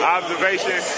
observation